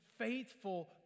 faithful